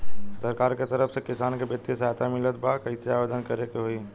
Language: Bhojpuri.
सरकार के तरफ से किसान के बितिय सहायता मिलत बा कइसे आवेदन करे के होई?